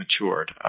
matured